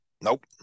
Nope